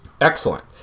Excellent